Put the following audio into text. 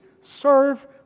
serve